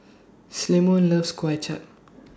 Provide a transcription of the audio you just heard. Clemon loves Kuay Chap